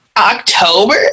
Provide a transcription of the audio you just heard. October